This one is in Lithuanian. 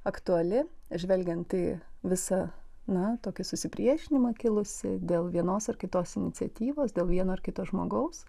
aktuali žvelgiant į visą na tokį susipriešinimą kilusį dėl vienos ar kitos iniciatyvos dėl vieno ar kito žmogaus